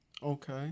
okay